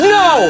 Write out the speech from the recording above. no